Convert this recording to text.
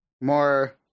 more